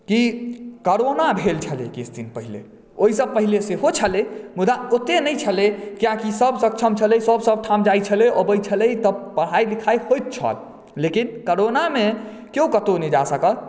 की corona भेल छलै किछु दिन पहिले ओहि सॅं पहिले सेहो छलै मुदा ओते नहि छलै कियाकि सब सक्षम छलै सब सबठम जाइ छलै अबै छलै तऽ पढ़ाई लिखाई होइत छल लेकिन करोना मे केओ कतो नहि जा सकल